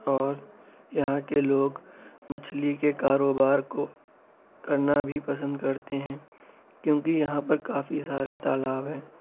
اور یہاں کے لوگ مچھلی کے کاروبار کو کرنا بھی پسند کرتے ہیں کیونکہ یہاں پر کافی سارے تالاب ہیں